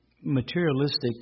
materialistic